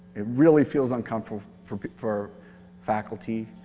it really feels uncomfortable for for faculty.